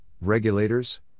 regulators